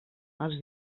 els